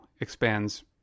expands